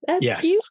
Yes